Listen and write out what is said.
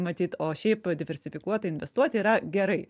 matyt o šiaip diversifikuotai investuoti yra gerai